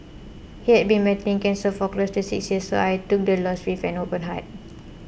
he had been battling cancer for close to six years so I took the loss with an open heart